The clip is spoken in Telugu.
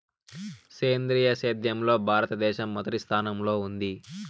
సేంద్రీయ సేద్యంలో భారతదేశం మొదటి స్థానంలో ఉంది